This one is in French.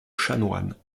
chanoine